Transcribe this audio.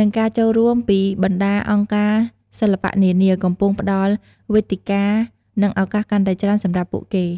និងការចូលរួមពីបណ្ដាអង្គការសិល្បៈនានា កំពុងផ្ដល់វេទិកា និងឱកាសកាន់តែច្រើនសម្រាប់ពួកគេ។